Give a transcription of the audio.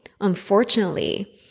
unfortunately